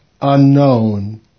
unknown